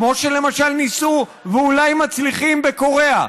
כמו שלמשל ניסו ואולי מצליחים בקוריאה,